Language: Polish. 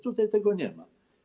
Tutaj tego nie ma.